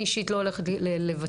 אני אישית לא הולכת לוותר.